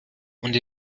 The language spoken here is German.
und